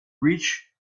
reach